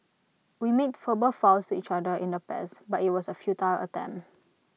we made verbal vows each other in the past but IT was A futile attempt